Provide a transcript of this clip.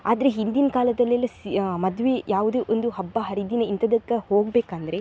ಆದರೆ ಹಿಂದಿನ ಕಾಲದಲ್ಲೆಲ್ಲ ಸೀ ಮದುವೆ ಯಾವುದೇ ಒಂದು ಹಬ್ಬ ಹರಿದಿನ ಇಂಥದಕ್ಕೆ ಹೋಗಬೇಕಂದ್ರೆ